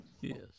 Yes